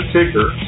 Ticker